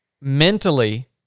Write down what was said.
mentally